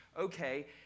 okay